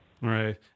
right